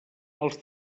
els